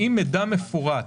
האם מידע מפורט